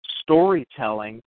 storytelling